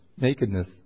nakedness